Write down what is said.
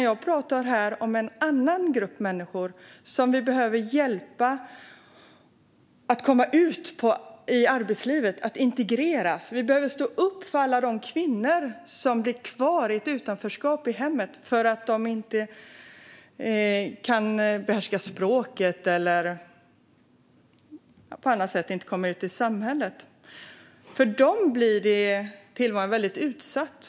Jag talar om en annan grupp människor som behöver hjälp att komma ut i arbetslivet och integreras. Vi behöver stå upp för alla de kvinnor som blir kvar i ett utanförskap i hemmet för att de inte behärskar språket eller på annat sätt inte kommer ut i samhället. För dem blir tillvaron väldigt osäker.